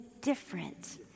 different